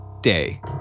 day